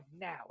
now